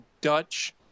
Dutch